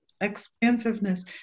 expansiveness